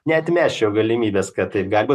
neatmesčiau galimybės kad taip gali būt